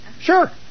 Sure